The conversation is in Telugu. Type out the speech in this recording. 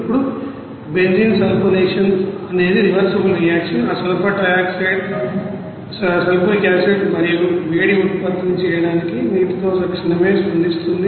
ఇప్పుడు బెంజీన్ సల్ఫోనేషన్ అనేది రివర్సిబుల్ రియాక్షన్ ఆ సల్ఫర్ ట్రైయాక్సైడ్ సల్ఫ్యూరిక్ యాసిడ్ మరియు వేడిని ఉత్పత్తి చేయడానికి నీటితో తక్షణమే స్పందిస్తుంది